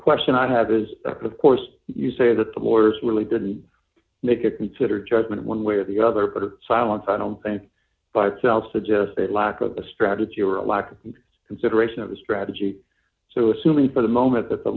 question i have is of course you say that the lawyers really didn't make a considered judgment one way or the other but her silence i don't think by itself suggests a lack of a strategy or a lack of consideration of a strategy so assuming for the moment that the